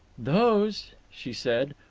those, she said,